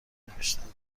نوشتهاند